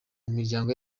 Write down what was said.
miryango